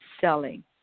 selling